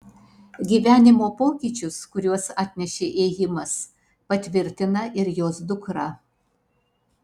gyvenimo pokyčius kuriuos atnešė ėjimas patvirtina ir jos dukra